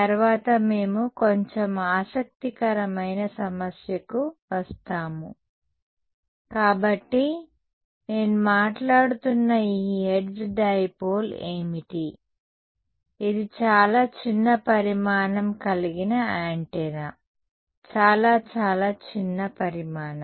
తరువాత మేము కొంచెం ఆసక్తికరమైన సమస్యకు వస్తాము కాబట్టి నేను మాట్లాడుతున్న ఈ హెర్ట్జ్ డైపోల్ ఏమిటి ఇది చాలా చిన్న పరిమాణం కలిగిన యాంటెన్నా చాలా చాలా చిన్న పరిమాణం